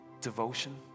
devotion